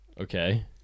Okay